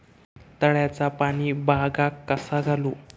तळ्याचा पाणी बागाक कसा घालू?